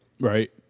Right